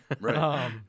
Right